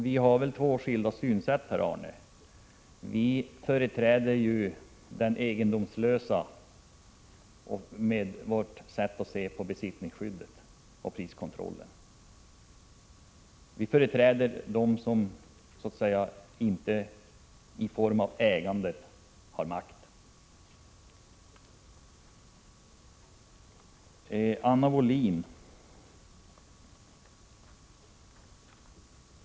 Vi har skilda synsätt på detta område. Vi företräder de egendomslösa och, med vårt sätt att se, tillvaratar deras intressen vad gäller besittningsskyddet och priskontrollen. Vi företräder dem som så att säga inte genom ägande har makt.